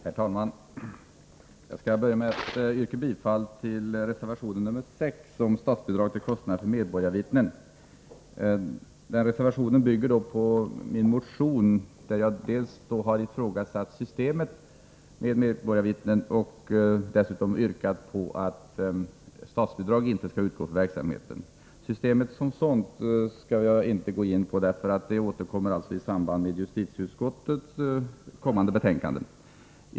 Herr talman! Jag skall börja med att yrka bifall till reservation nr 6 om statsbidrag till kostnader för medborgarvittnen. Den reservationen bygger på min motion, där jag dels ifrågasatt systemet med medborgarvittnen, dels yrkat att statsbidrag inte skall utgå för verksamheten. Systemet som sådant skall jag inte gå in på, eftersom ärendet återkommer i samband med behandlingen av justitieutskottets kommande betänkande.